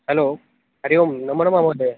hello हरिः ओं नमोनमः महोदय